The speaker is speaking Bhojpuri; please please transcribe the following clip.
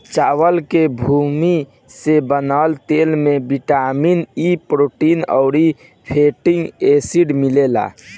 चावल के भूसी से बनल तेल में बिटामिन इ, प्रोटीन अउरी फैटी एसिड मिलेला